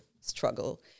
struggle